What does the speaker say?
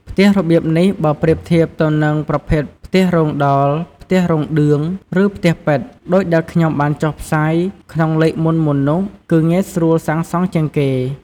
ផ្ទះរបៀបនេះ បើប្រៀបធៀបទៅនឹងប្រភេទផ្ទះរោងដោល, ផ្ទះរោងឌឿង ឬផ្ទះប៉ិត ដូចដែលខ្ញុំបានចុះផ្សាយក្នុងលេខមុនៗនោះ គឺងាយស្រួលសាងសង់ជាងគេ។